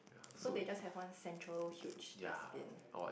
so they just have one central huge dustbin